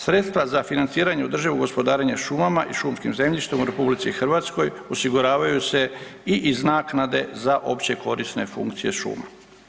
Sredstva za financiranje održivog gospodarenja šumama i šumskim zemljištem u RH osiguravaju se i iz naknade za općekorisne funkcije šuma.